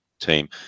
team